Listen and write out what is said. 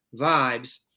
vibes